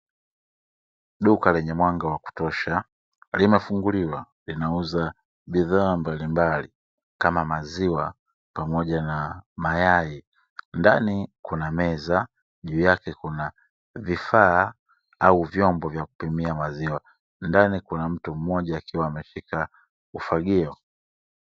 Duka lenye mwanga wa kutosha limefunguliwa linauza bidhaa mbalimbali kama; maziwa pamoja na mayai, ndani kuna meza, juu yake kuna vifaa au vyombo vya kupimia maziwa, ndani kuna mtu mmoja akiwa ameshika ufagio.